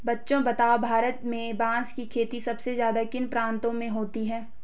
बच्चों बताओ भारत में बांस की खेती सबसे ज्यादा किन प्रांतों में होती है?